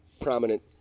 prominent